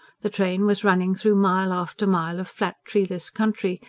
the train was running through mile after mile of flat, treeless country,